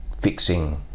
fixing